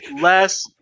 less